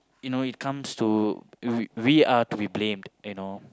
you know it comes to we are to be blamed you know